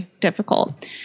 difficult